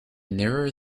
nearer